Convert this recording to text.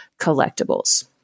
collectibles